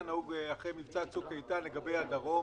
נהוג אחרי מבצע צוק איתן לגבי הדרום,